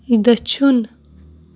دٔچھُن